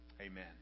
Amen